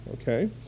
Okay